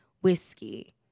Whiskey